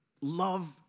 love